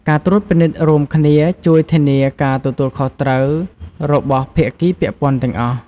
ការត្រួតពិនិត្យរួមគ្នាជួយធានាការទទួលខុសត្រូវរបស់ភាគីពាក់ព័ន្ធទាំងអស់។